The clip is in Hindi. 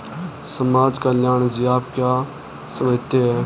समाज कल्याण से आप क्या समझते हैं?